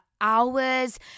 hours